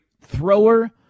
thrower